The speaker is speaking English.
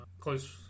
close